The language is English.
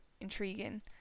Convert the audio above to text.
intriguing